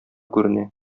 күренә